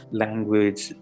language